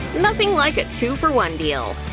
nothing like a two for one deal!